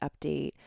update